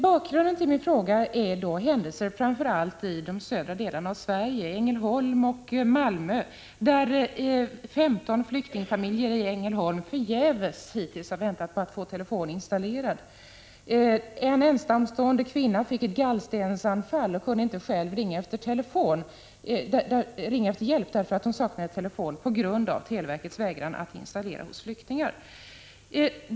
Bakgrunden till min fråga är händelser, framför allt i de södra delarna av Sverige, t.ex. Ängelholm och Malmö. 15 flyktingfamiljer i Ängelholm har hittills förgäves väntat på att få telefon installerad. En ensamstående kvinna fick ett gallstensanfall och kunde inte ringa efter hjälp därför att hon saknade telefon på grund av televerkets vägran att installera hos flyktingar.